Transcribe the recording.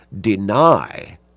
deny